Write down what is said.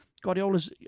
Guardiola's